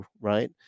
Right